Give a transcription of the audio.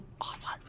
Awesome